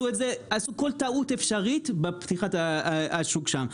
עשו כל טעות אפשרית בפתיחת השוק שם.